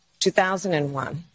2001